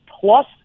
plus